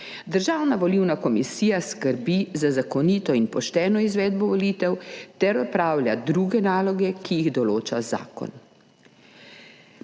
Državna volilna komisija skrbi za zakonito in pošteno izvedbo volitev ter opravlja druge naloge, ki jih določa zakon.